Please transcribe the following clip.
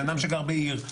בן אדם שגר בעיר,